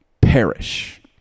perish